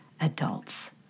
adults